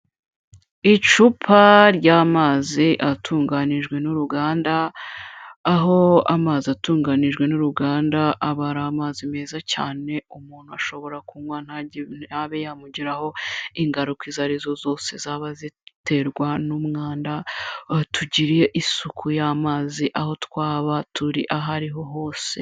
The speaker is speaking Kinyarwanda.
Icupa ry'amazi atunganijwe n'uruganda, aho amazi atunganijwe n'uruganda aba ari amazi meza cyane umuntu ashobora kunywa ntabe yamugiraho ingaruka izo arizo zose zaba ziterwa n'umwanda, tugire isuku y'amazi aho twaba turi aho ariho hose.